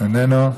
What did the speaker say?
איננו,